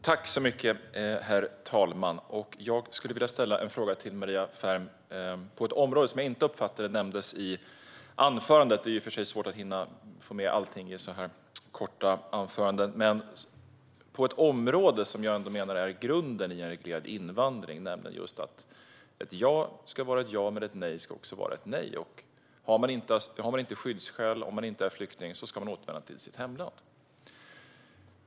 Herr talman! Jag skulle vilja ställa en fråga till Maria Ferm på ett område som jag inte uppfattade nämndes i anförandet. Det är svårt att hinna få med allt i sådana här korta anföranden, och jag vill fråga om ett område som jag menar är grunden i en reglerad invandring, nämligen att ett ja ska vara ett ja och ett nej ska vara ett nej. Har man inte skyddsskäl, om man inte är flykting, ska man återvända till sitt hemland.